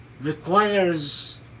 requires